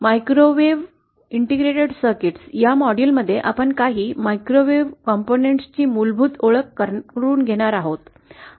microwave integrated सर्किट्सस्च्या या मॉड्यूलमध्ये आपण काही मायक्रोवेव्ह घटकां ची मूलभूत ओळख करणार आहोत